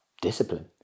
discipline